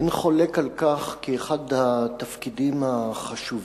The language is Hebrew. אין חולק על כך כי אחד התפקידים החשובים